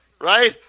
Right